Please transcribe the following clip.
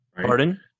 Pardon